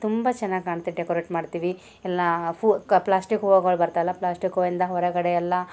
ತುಂಬ ಚೆನ್ನಾಗಿ ಕಾಣತ್ತೆ ಡೆಕೊರೇಟ್ ಮಾಡ್ತೀವಿ ಎಲ್ಲ ಫು ಕ ಪ್ಲಾಸ್ಟಿಕ್ ಹೂವಗಳು ಬರ್ತವಲ್ಲ ಪ್ಲಾಸ್ಟಿಕ್ ಹೂವಿಂದ ಹೊರಗಡೆ ಎಲ್ಲ